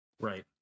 Right